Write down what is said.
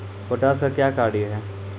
Potash का क्या कार्य हैं?